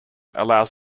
allows